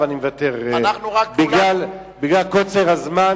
ואני מוותר בגלל קוצר הזמן,